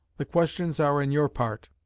the questions are on your part.